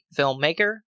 filmmaker